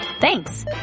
Thanks